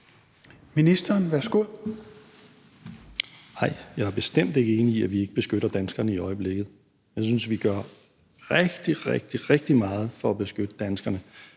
(Nick Hækkerup): Nej, jeg er bestemt ikke enig i, at vi ikke beskytter danskerne i øjeblikket. Jeg synes, vi gør rigtig, rigtig meget for at beskytte danskerne.